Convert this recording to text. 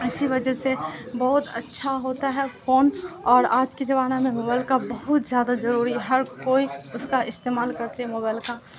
اسی وجہ سے بہت اچھا ہوتا ہے فون اور آج کے زمانہ میں موبائل کا بہت زیادہ ضروری ہر کوئی اس کا استعمال کر کے موبائل کا